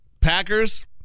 Packers